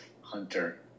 hunter